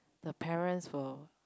the parents will